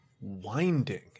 winding